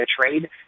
trade